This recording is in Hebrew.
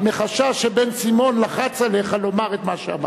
מחשש שבן-סימון לחץ עליך לומר את מה שאמרת.